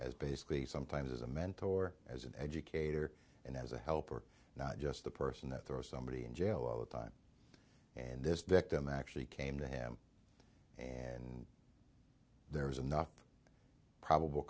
as basically sometimes as a mentor as an educator and as a helper not just the person that there was somebody in jail all the time and this victim actually came to him and there was enough probable